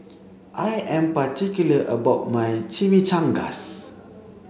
I am particular about my Chimichangas